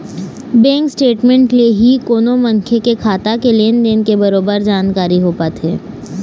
bank statement ले ही कोनो मनखे के खाता के लेन देन के बरोबर जानकारी हो पाथे